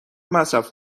مصرف